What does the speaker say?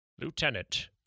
Lieutenant